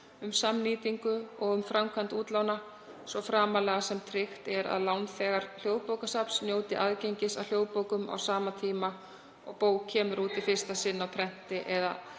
um samnýtingu og um framkvæmd útlána, svo framarlega sem tryggt er að lánþegar Hljóðbókasafns njóti aðgengis að hljóðbókum á sama tíma og bók kemur út í fyrsta sinn á prenti, enda